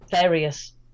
various